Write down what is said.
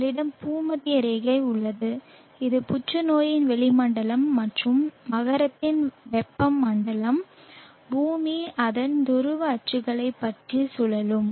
உங்களிடம் பூமத்திய ரேகை உள்ளது இது புற்றுநோயின் வெப்பமண்டலம் மற்றும் மகரத்தின் வெப்பமண்டலம் பூமி அதன் துருவ அச்சுகளைப் பற்றி சுழலும்